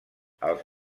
els